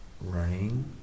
running